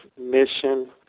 mission